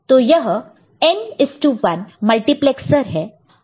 तो यह n 1 multiplexer है